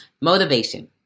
Motivation